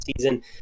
season